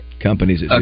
Companies